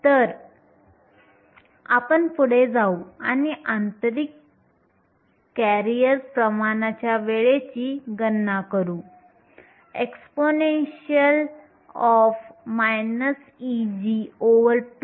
तर आपण पुढे जाऊ आणि आंतरिक कॅरियर प्रमाणाच्या वेळेची गणना करू exp Eg2kT